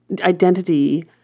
identity